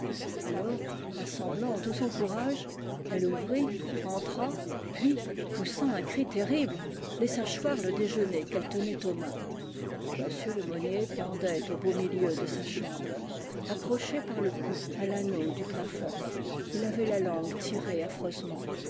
alors rassemblant tout son courage elle ouvrit entra puis poussant un cri terrible laissa choir le déjeuner qu'elle tenait aux mains m lemonnier pendait au beau milieu de sa chambre accroché par le cou à l'anneau du plafond il avait la langue tirée